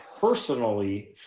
personally